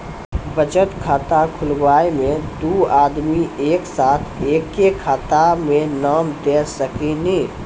बचत खाता खुलाए मे दू आदमी एक साथ एके खाता मे नाम दे सकी नी?